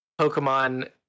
Pokemon